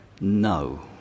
no